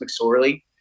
McSorley